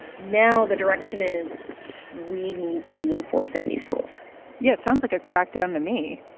now the direction is we need to be enforcing these rules yeah, sounds like a crackdown to me